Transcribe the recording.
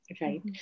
Right